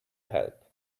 help